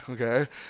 Okay